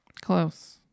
Close